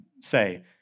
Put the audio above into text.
say